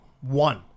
one